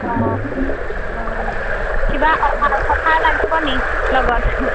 অ অ কিবা অফাৰ ছফাৰ লাগিব নি লগত